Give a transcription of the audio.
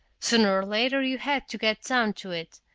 sooner or later you had to get down to it,